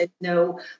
no